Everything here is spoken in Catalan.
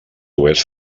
oest